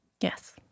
Yes